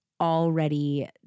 already